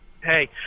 Hey